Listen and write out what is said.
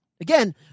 again